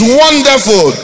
wonderful